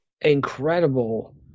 Incredible